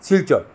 Silchar